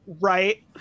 Right